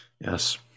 Yes